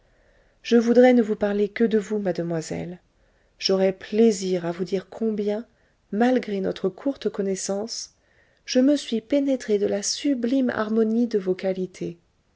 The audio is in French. je voudrais ne vous parler que de vous mademoiselle j'aurais plaisir à vous dire combien malgré notre courte connaissance je me suis pénétré de la sublime harmonie de vos qualités